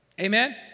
Amen